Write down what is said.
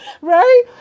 right